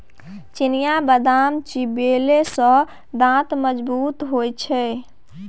चिनियाबदाम चिबेले सँ दांत मजगूत होए छै